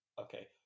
okay